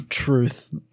truth